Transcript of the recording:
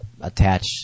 attach